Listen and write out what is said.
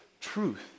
truth